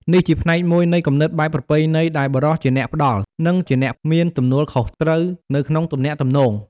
នេះជាផ្នែកមួយនៃគំនិតបែបប្រពៃណីដែលបុរសជាអ្នកផ្តល់ និងជាអ្នកមានទំនួលខុសត្រូវនៅក្នុងទំនាក់ទំនង។